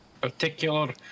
particular